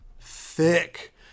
thick